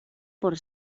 por